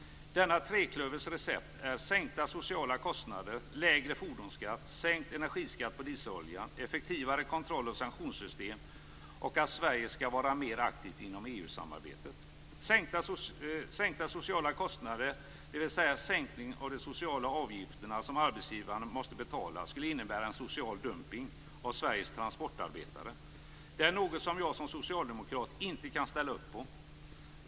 Denna treklövers recept är sänkta sociala kostnader, lägre fordonsskatt, sänkt energiskatt på dieselolja, effektivare kontroll och sanktionssystem och att Sverige skall vara mer aktivt inom EU Sänkta sociala kostnader, dvs. sänkning av de sociala avgifter som arbetsgivaren måste betala, skulle innebära en social dumpning av Sveriges transportarbetare. Det är något som jag som socialdemokrat inte kan ställa upp på.